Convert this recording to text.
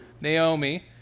Naomi